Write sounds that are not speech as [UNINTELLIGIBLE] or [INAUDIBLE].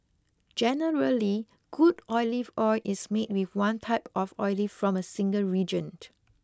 generally good olive oil is made with one type of olive from a single region [UNINTELLIGIBLE]